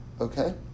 okay